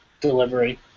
delivery